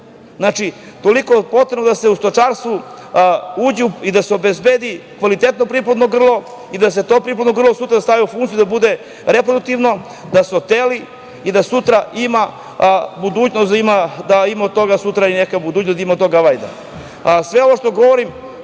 znači, toliko potrebno da se u stočarstvu uđe i da se obezbedi kvalitetno priplodno grlo i da se to priplodno grlo sutra stavi u funkciju i da bude reproduktivno, da se oteli i da ima od sutra i neka budućnost, da ima od toga vajda. Sve ovo što govorim